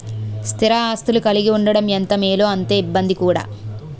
స్థిర ఆస్తులు కలిగి ఉండడం ఎంత మేలో అంతే ఇబ్బంది కూడా